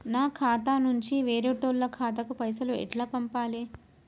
నా ఖాతా నుంచి వేరేటోళ్ల ఖాతాకు పైసలు ఎట్ల పంపాలే?